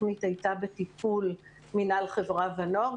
התוכנית הייתה בטיפול מינהל חברה ונוער,